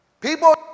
people